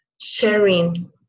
sharing